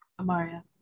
Amaria